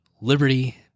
liberty